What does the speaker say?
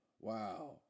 Wow